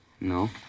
No